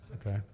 Okay